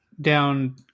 down